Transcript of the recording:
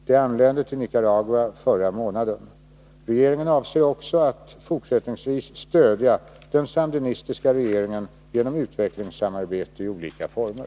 Det anlände till Nicaragua förra månaden. Regeringen avser att också fortsättningsvis stödja den sandinistiska regeringen genom utvecklingssamarbete i olika former.